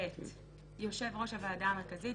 (ב)יושב ראש הוועדה המרכזית,